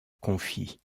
confie